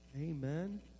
Amen